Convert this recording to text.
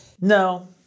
no